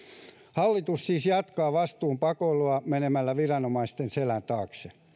hallitus siis jatkaa vastuun pakoilua menemällä viranomaisten selän taakse